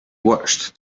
watched